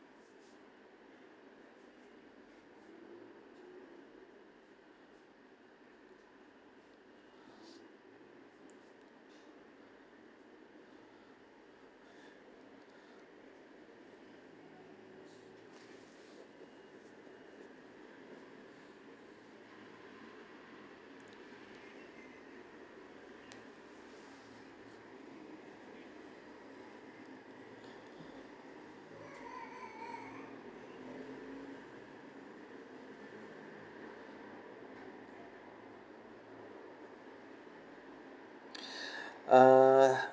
uh